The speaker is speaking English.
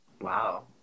Wow